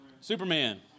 Superman